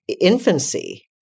infancy